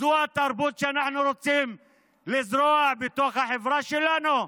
זו התרבות שאנחנו רוצים לזרוע בתוך החברה שלנו?